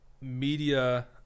media